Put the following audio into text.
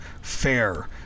fair